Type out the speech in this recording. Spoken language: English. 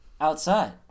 outside